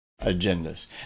agendas